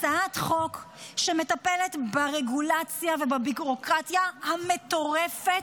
הצעת החוק שמטפלת ברגולציה ובביורוקרטיה המטורפת,